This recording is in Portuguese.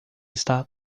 está